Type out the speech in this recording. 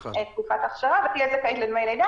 מספיק תקופת הכשרה ותהיה זכאית לדמי לידה.